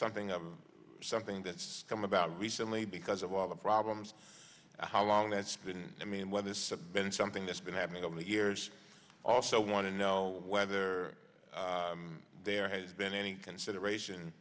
something up or something that's come about recently because of all the problems how long that's been i mean whether this been something that's been happening over the years also want to know whether there has been any consideration